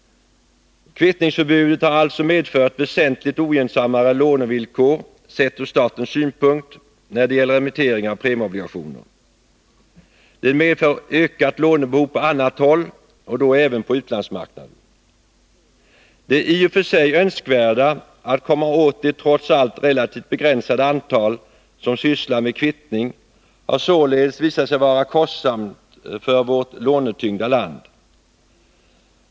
Kvittningsförbudet har alltså medfört väsentligt ogynnsammare lånevillkor sett ur statens synpunkt, när det gäller emittering av premieobligationer. 147 Det medför ökat lånebehov på annat håll och då även på utlandsmarknaden. Det i och för sig önskvärda att komma åt det trots allt relativt begränsade antal som sysslar med kvittning har således visat sig vara kostsamt för vårt lånetyngda land.